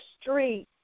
street